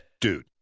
dude